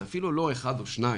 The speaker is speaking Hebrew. זה אפילו לא אחד או שניים,